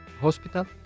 Hospital